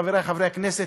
ולחברי חברי הכנסת,